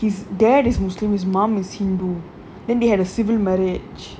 his dad is muslim his mum is hindu then they had a civil marriage